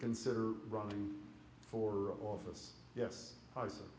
consider running for office yes i sa